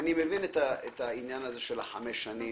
אני מבין את העניין של החמש שנים,